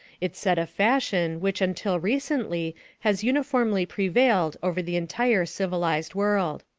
it set a fashion which until recently has uniformly prevailed over the entire civilized world.